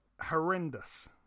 Horrendous